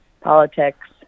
politics